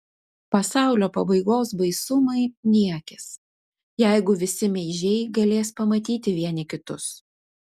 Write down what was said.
pasaulio pabaigos baisumai niekis jeigu visi meižiai galės pamatyti vieni kitus